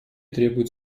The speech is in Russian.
требуют